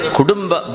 Kudumba